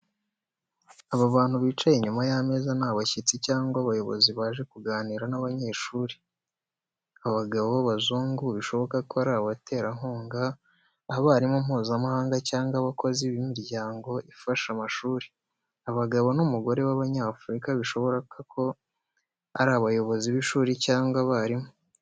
Aba bantu bicaye inyuma y'ameza ni abashyitsi cyangwa abayobozi baje kuganira n'abanyeshuri. Abagabo b’abazungu bishoboka ko ari abaterankunga, abarimu Mpuzamahanga cyangwa abakozi b’imiryango ifasha amashuri. Abagabo n'umugore b'Abanyafurika bishoboka ko ari abayobozi b'ishuri cyangwa abarimu.